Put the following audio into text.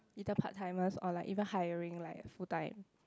either part timer or like even hiring like full time